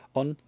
on